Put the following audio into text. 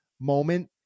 moment